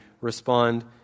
respond